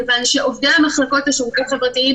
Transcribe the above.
כיוון שעובדי המחלקות לשירותים חברתיים